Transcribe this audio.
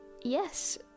yes